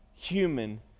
human